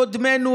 קודמינו,